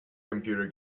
computer